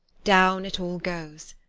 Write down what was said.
down it all goes.